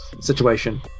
situation